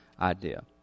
idea